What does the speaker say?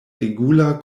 regula